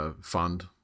fund